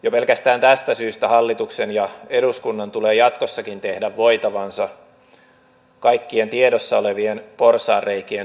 jo pelkästään tästä syystä hallituksen ja eduskunnan tulee jatkossakin tehdä voitavansa kaikkien tiedossa olevien porsaanreikien tukkimiseksi